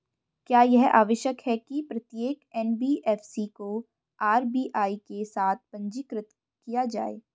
क्या यह आवश्यक है कि प्रत्येक एन.बी.एफ.सी को आर.बी.आई के साथ पंजीकृत किया जाए?